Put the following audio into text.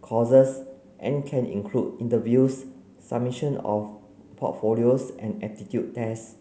courses and can include interviews submission of portfolios and aptitude tests